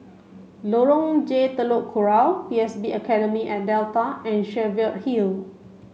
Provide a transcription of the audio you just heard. Lorong J Telok Kurau P S B Academy at Delta and Cheviot Hill